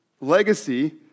legacy